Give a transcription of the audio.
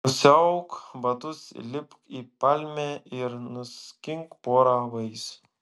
nusiauk batus įlipk į palmę ir nuskink porą vaisių